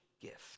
gift